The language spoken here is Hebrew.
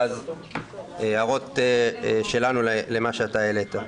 ואז אוסיף הערות שלנו למה שהבאת.